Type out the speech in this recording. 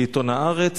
לעיתון "הארץ",